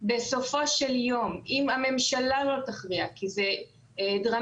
בסופו של יום, אם הממשלה לא תכריע, כי זה דרמטי.